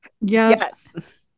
Yes